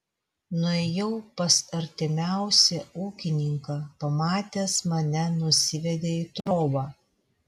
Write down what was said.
nuėjau pas artimiausią ūkininką pamatęs mane nusivedė į trobą